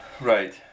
Right